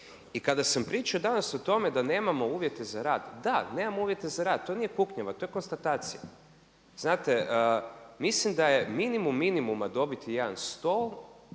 I kada sam pričao danas o tome da nemamo uvjete za rad, da nemamo uvjete za rad. To nije kuknjava, to je konstatacija. Znate mislim da je minimum minimuma dobiti jedan stol,